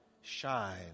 shine